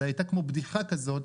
זאת היתה בדיחה כזאת,